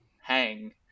hang